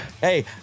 Hey